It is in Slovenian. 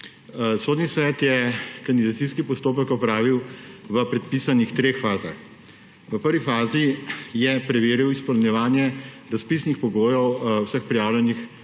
Sodni svet je kandidacijski postopek opravil v predpisanih treh fazah. V prvi fazi je preveril izpolnjevanje razpisnih pogojev obeh prijavljenih